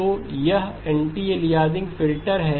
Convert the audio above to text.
तो यह anti aliasing filter है